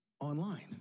online